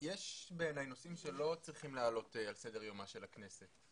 יש בעיניי נושאים שלא צריכים לעלות על סדר-יומה של הכנסת,